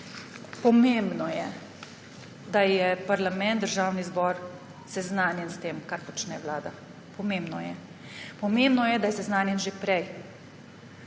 Pomembno je, da je parlament, Državni zbor seznanjen s tem, kar počne Vlada. Pomembno je. Pomembno je, da je seznanjen že prej.